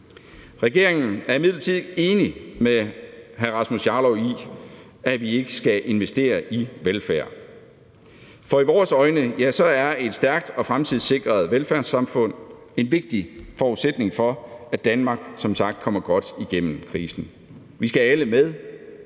Regeringen er imidlertid ikke enig med hr. Rasmus Jarlov i, at vi ikke skal investere i velfærd. For i vores øjne er et stærkt og fremtidssikret velfærdssamfund en vigtig forudsætning for, at Danmark som sagt kommer igennem krisen. Vi skal have alle med,